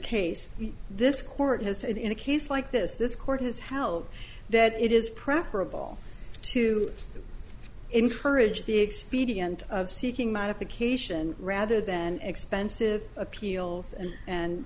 case this court has said in a case like this this court has held that it is preferable to encourage the expedient of seeking modification rather than expensive appeals and